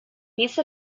peace